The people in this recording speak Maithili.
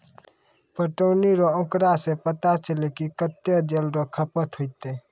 पटौनी रो आँकड़ा से पता चलै कि कत्तै जल रो खपत होतै